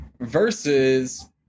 versus